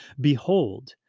behold